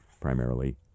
primarily